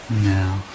No